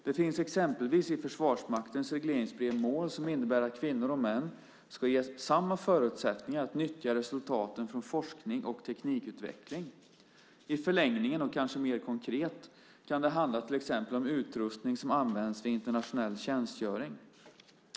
Det finns exempelvis i Försvarsmaktens regleringsbrev mål som innebär att kvinnor och män ska ges samma förutsättningar att nyttja resultaten från forskning och teknikutveckling. I förlängningen, och kanske mer konkret, kan det till exempel handla om utrustning som används vid internationell tjänstgöring.